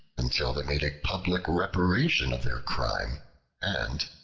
until they made a public reparation of their crime and,